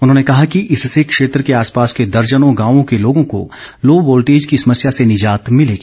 उन्होंने कहा कि इससे क्षेत्र के आसपास के दर्जनों गांवों के लोगों को लो वोल्टेज की समस्या ँसे निजात मिलेगी